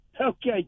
Okay